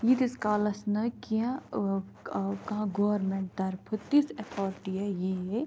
ییٖتِس کالَس نہٕ کیٚنٛہہ ٲں کانٛہہ گورمیٚنٛٹ طرفہٕ تِژھ ایٚتھارٹیہ ییہِ ہا